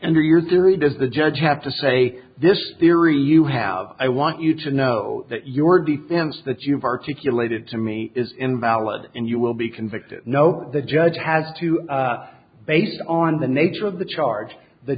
answer your theory does the judge have to say this theory you have i want you to know that your defense that you've articulated to me is invalid and you will be convicted no the judge has to based on the nature of the charge the